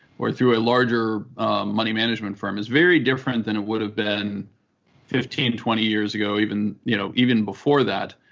or through a larger money management firm is very different than it would have been fifteen, twenty years ago, even you know even before that,